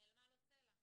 נעלמה לו צלע.